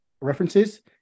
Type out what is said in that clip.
references